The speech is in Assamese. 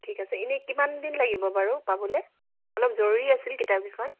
ঠিক আছে এনেই কিমান দিন লাগিব বাৰু পাবলৈ অলপ জৰুৰী আছিল কিতাপকেইখন